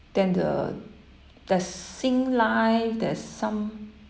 then the there's Singlife there's some